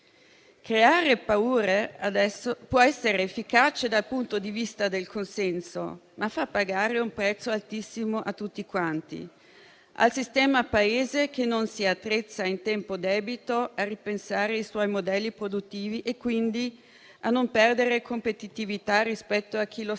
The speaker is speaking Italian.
Creare paure adesso può essere efficace dal punto di vista del consenso, ma fa pagare un prezzo altissimo a tutti quanti: al sistema Paese che non si attrezza a tempo debito per ripensare i suoi modelli produttivi e quindi per non perdere competitività rispetto a chi lo sta